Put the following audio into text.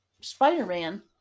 Spider-Man